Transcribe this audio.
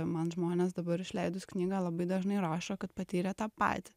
man žmonės dabar išleidus knygą labai dažnai rašo kad patyrė tą patį